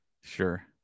Sure